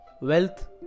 wealth